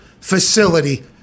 facility